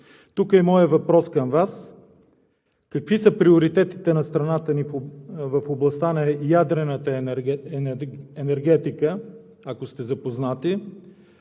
Тук е и моят въпрос към Вас: какви са приоритети на страната ни в областта на ядрената енергетика, ако сте запозната?